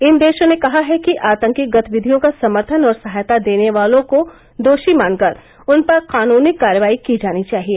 इन देशों ने कहा है कि आतंकी गतिविधियों का समर्थन और सहायता देने वालों को दोषी मानकर उन पर कानूनी कार्रवाई की जानी चाहिए